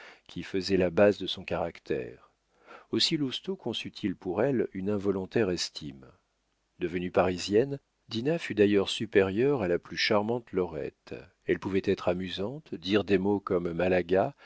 qui faisait la base de son caractère aussi lousteau conçut il pour elle une involontaire estime devenue parisienne dinah fut d'ailleurs supérieure à la plus charmante lorette elle pouvait être amusante dire des mots comme malaga